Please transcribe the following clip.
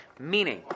Meaning